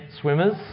swimmers